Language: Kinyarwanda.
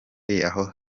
aho